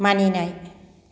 मानिनाय